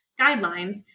guidelines